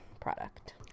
product